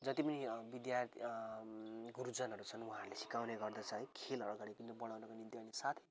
जति पनि विद्या गुरुजनहरू छन् उहाँहरूले सिकाउने गर्दछ है खेल अगाडि बढाउको निम्ति अनि साथै